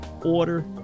Order